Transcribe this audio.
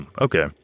okay